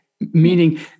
meaning